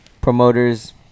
promoters